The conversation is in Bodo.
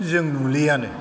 जों नुलियानो